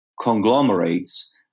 conglomerates